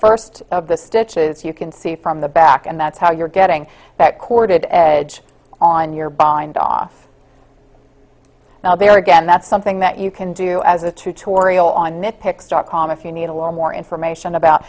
first of the stitches you can see from the back and that's how you're getting that courted edge on your bindoff now there again that's something that you can do as a tutorial on it pixar com if you need a little more information about